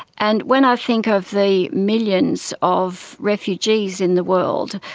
and when i think of the millions of refugees in the world,